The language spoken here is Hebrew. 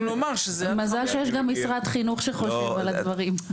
מזל שיש גם משרד חינוך שחושב על הדברים.